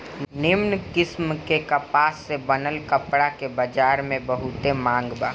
निमन किस्म के कपास से बनल कपड़ा के बजार में बहुते मांग बा